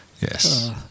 Yes